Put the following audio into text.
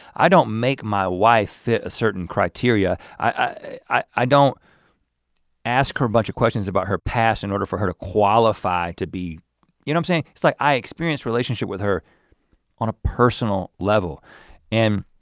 i don't make my wife fit a certain criteria. i don't ask her a bunch of questions about her past in order for her to qualify to be you know i'm saying? it's like i experience relationship with her on a personal level and